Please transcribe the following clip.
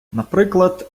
наприклад